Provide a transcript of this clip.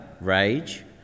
Rage